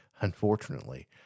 unfortunately